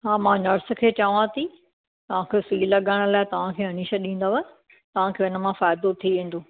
हा मां नर्स खे चवां थी तव्हां खे सुई लॻाइण लाइ तव्हां खे हणी छॾींदव तव्हां खे हिन मां फ़ाइदो थी वेंदो